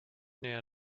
näher